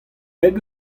bed